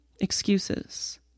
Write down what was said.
excuses